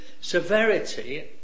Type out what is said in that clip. severity